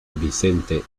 vicente